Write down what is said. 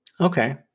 okay